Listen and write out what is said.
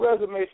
resume